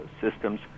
systems